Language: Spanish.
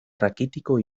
raquítico